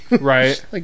Right